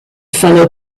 fellow